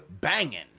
banging